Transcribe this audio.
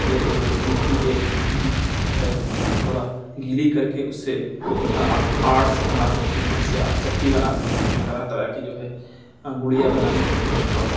clay جو مٹی کے جو ہے تھوڑا گیلی کر کے اس سے آپ آرٹس بنا سکتے ہیں اس سے آپ چکی بنا سکتے ہیں طرح طرح کی جو ہے گڑیا بنا سکتے ہیں اور